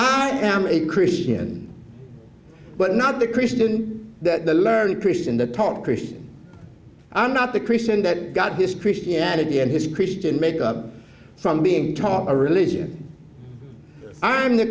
i am a christian but not the christian that the learned christian the top christian i'm not the christian that got his christianity and his christian make up from being taught a religion i'm